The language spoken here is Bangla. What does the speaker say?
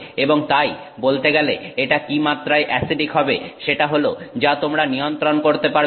এবং তাই বলতে গেলে এটা কি মাত্রায় অ্যাসিডিক হবে সেটা হল যা তোমরা নিয়ন্ত্রণ করতে পারবে